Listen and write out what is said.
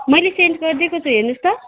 मैले सेन्ड गरिदिएको छु हेर्नुहोस् त